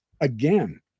again